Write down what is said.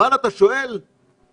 אבל מתוך המספרים,